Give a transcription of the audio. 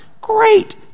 Great